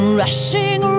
rushing